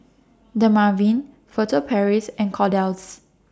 Dermaveen Furtere Paris and Kordel's